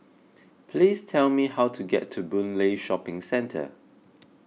please tell me how to get to Boon Lay Shopping Centre